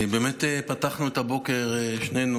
פתחנו את הבוקר שנינו